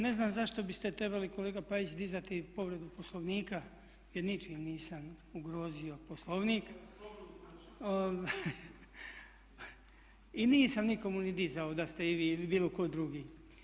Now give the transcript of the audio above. Ne znam zašto biste trebali kolega Pajić dizati povredu Poslovnika jer ničim nisam ugrozio Poslovnik i nisam nikome ni dizao da ste vi ili bilo tko drugi.